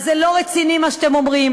אז זה לא רציני מה שאתם אומרים.